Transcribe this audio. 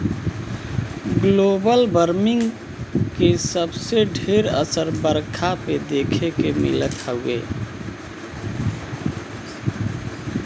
global warming के सबसे ढेर असर बरखा पे देखे के मिलत हउवे